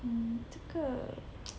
mm 这个